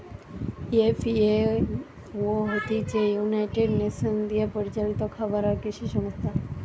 FAO হতিছে United Nations দিয়া পরিচালিত খাবার আর কৃষি সংস্থা